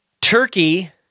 Turkey